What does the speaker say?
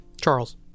Charles